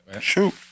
Shoot